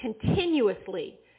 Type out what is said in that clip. continuously